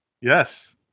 Yes